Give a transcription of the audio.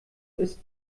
ist